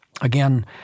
again